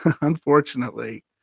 unfortunately